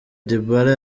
dybala